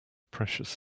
precious